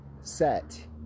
set